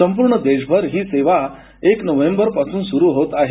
संपूर्ण देशभर ही सेवा एक नोव्हेंबरपासून सुरू होत आहे